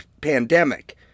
pandemic